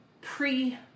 pre